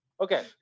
Okay